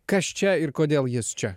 kas čia ir kodėl jis čia